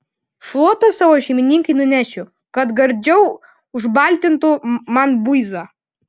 šluotą savo šeimininkei nunešiu kad gardžiau užbaltintų man buizą